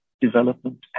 development